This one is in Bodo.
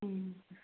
उम